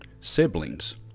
siblings